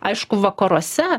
aišku vakaruose